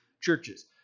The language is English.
churches